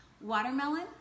Watermelon